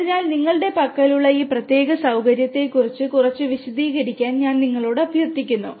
അതിനാൽ നിങ്ങളുടെ പക്കലുള്ള ഈ പ്രത്യേക സൌകര്യത്തെക്കുറിച്ച് കുറച്ച് വിശദീകരിക്കാൻ ഞാൻ നിങ്ങളോട് അഭ്യർത്ഥിക്കുന്നു